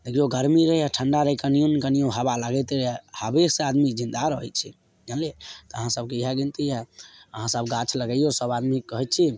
देखियौ गरमी रहए या ठण्डा रहए कनिओ ने कनिओ हबा लागैत रहए हय हबे से आदमी जिंदा रहैत छै जानलियै तऽ अहाँ सबके इएह बिनती यऽ अहाँ सब गाछ लगैयौ सब आदमीके कहैत छी